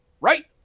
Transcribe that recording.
Right